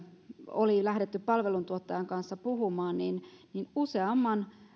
oli lähdetty palveluntuottajan kanssa puhumaan niin niin useamman